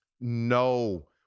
No